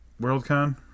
Worldcon